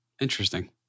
Interesting